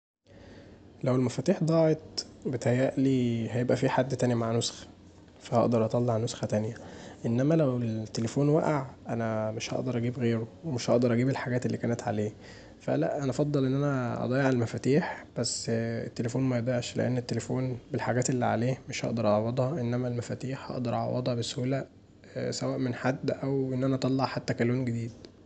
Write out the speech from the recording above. لو المفاتيح ضاعت بيتهيألي هيبقي فيه حد تاني معاه نسخه فأقدر اطلع نسخه تانيه، لكن لو التليفون وقع مش هقدر اجيب غيره ومش هقدر اجيب الحاجات اللي كانت عليه فلأ انا أفضل ان انا اضيع المفاتيح بس التليفون ميضيعش لان التليفون بالحاجات اللي عليه مش هقدر اعوضها انما المفاتيح هقدر اعوضها بسهوله، سواء من حد او ان انا حتي اطلع كالون جديد.